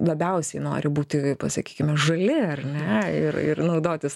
labiausiai nori būti pasakykime žali ar ne ir ir naudotis